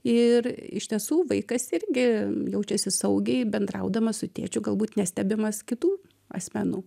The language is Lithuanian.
ir iš tiesų vaikas irgi jaučiasi saugiai bendraudamas su tėčiu galbūt nestebimas kitų asmenų